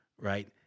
right